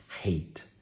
hate